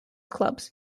clubs